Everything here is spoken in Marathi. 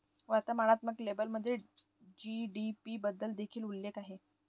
वर्णनात्मक लेबलमध्ये जी.डी.पी बद्दल देखील उल्लेख आहे